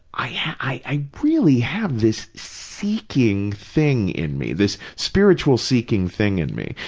i really have this seeking thing in me, this spiritual-seeking thing in me.